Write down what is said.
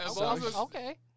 Okay